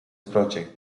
project